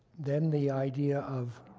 then the idea of